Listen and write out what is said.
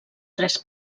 tres